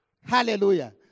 Hallelujah